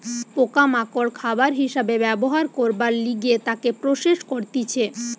পোকা মাকড় খাবার হিসাবে ব্যবহার করবার লিগে তাকে প্রসেস করতিছে